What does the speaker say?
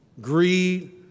greed